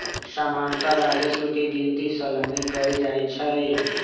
सामान्तः राजस्व के गिनति सलने कएल जाइ छइ